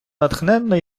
натхненна